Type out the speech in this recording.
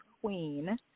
Queen